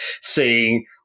seeing